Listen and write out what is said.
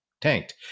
tanked